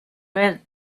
rid